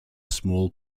small